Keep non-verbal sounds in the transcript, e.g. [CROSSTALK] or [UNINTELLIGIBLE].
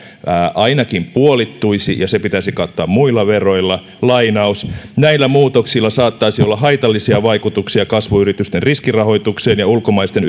ainakin puolittuisi ja se pitäisi kattaa muilla veroilla näillä muutoksilla saattaisi olla haitallisia vaikutuksia kasvuyritysten riskirahoitukseen ja ulkomaisten [UNINTELLIGIBLE]